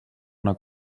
una